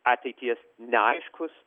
ateitis neaiškus